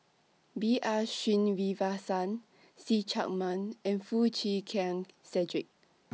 B R Sreenivasan See Chak Mun and Foo Chee Keng Cedric